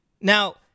Now